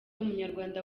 umunyarwanda